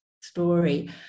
story